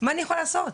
מה אני יכולה לעשות?